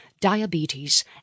diabetes